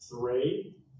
three